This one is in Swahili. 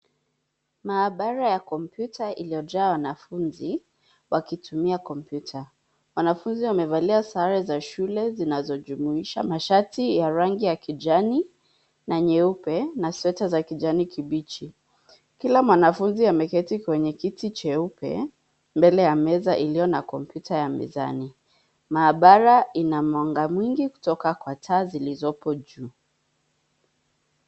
Maabara ya kompyuta iliyojaa wanafunzi wakitumia kompyuta. Wanafunzi wamevalia sare za shule zinazojumuisha mashati ya rangi ya kijani na nyeupe, na sweta za kijani kibichi. Kila mwanafunzi ameketi kwenye kiti cheupe mbele ya meza iliyo na kompyuta ya mezani. Maabara ina mwanga mingi kutoka kwa taa zilizopo juu.